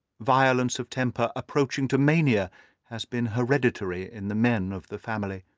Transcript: violence of temper approaching to mania has been hereditary in the men of the family,